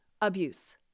abuse